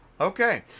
Okay